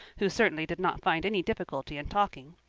who certainly did not find any difficulty in talking.